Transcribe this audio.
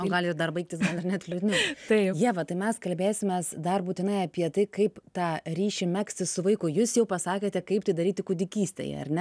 o gali ir dar baigtis gal ir net liūdniau ieva tai mes kalbėsimės dar būtinai apie tai kaip tą ryšį megzti su vaiku jūs jau pasakėte kaip tai daryti kūdikystėje ar ne